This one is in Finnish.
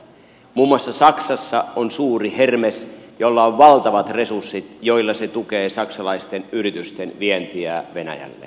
muun muassa saksassa on suuri hermes jolla on valtavat resurssit joilla se tukee saksalaisten yritysten vientiä venäjälle